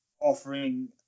offering